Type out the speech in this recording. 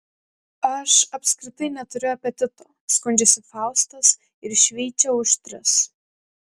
aš apskritai neturiu apetito skundžiasi faustas ir šveičia už tris